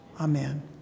amen